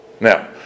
Now